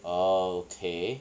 orh okay